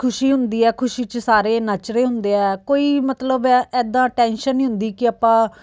ਖੁਸ਼ੀ ਹੁੰਦੀ ਹੈ ਖੁਸ਼ੀ 'ਚ ਸਾਰੇ ਨੱਚ ਰਹੇ ਹੁੰਦੇ ਹੈ ਕੋਈ ਮਤਲਬ ਐਦਾਂ ਟੈਨਸ਼ਨ ਨਹੀਂ ਹੁੰਦੀ ਕਿ ਆਪਾਂ